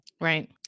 Right